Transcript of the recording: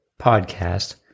podcast